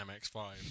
MX5